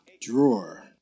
drawer